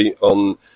on